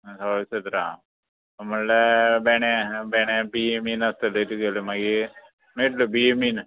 सोळ सतरा म्हणल्यार बेणे बेणे बी मिन आसतले तुगेले मागीर मेळट्ले बी बीन